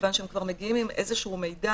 מכיוון שהם כבר מגיעים עם איזשהו מידע,